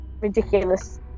ridiculous